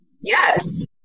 yes